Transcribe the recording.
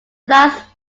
last